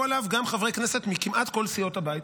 עליו גם חברי כנסת כמעט מכל סיעות הבית,